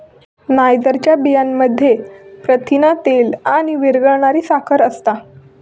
नायजरच्या बियांमध्ये प्रथिना, तेल आणि विरघळणारी साखर असता